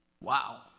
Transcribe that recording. Wow